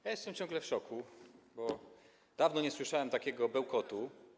Ja jestem ciągle w szoku, bo dawno nie słyszałem takiego bełkotu.